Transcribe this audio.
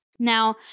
Now